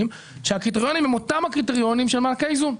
שהם אותם קריטריונים של מענקי האיזון,